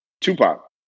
Tupac